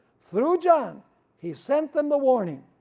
through john he sent them the warning,